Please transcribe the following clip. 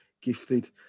gifted